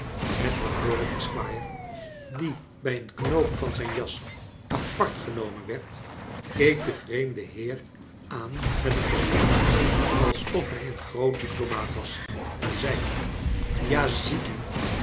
edward dorrit esquire die bij een knoop van zijn jas apart genomen werd keek den vreemden heer aan met een gezicht alsof hij een groot diplomaat was en zei ja ziet u